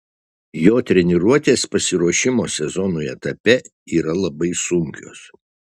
jo treniruotės pasiruošimo sezonui etape yra labai sunkios